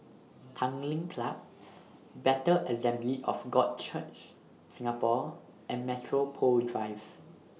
Tanglin Club Bethel Assembly of God Church Singapore and Metropole Drive